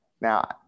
Now